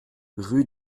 rue